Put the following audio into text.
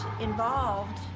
involved